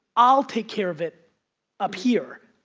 i'll take care of it up here,